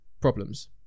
problems